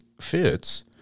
Fits